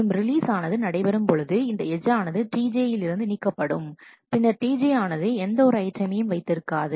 மற்றும் ரிலீசானது நடைபெறும் பொழுது இந்த எட்ஜ் ஆனது Tj யிலிருந்து நீக்கப்படும் பின்னர் Tj ஆனது எந்த ஒரு ஐட்டமையும் வைத்து இருக்காது